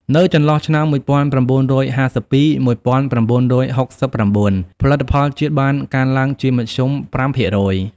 នៅចន្លោះឆ្នាំ ១៩៥២-១៩៦៩ ផលិតផលជាតិបានកើនឡើងជាមធ្យម ៥%។